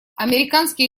американские